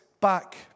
back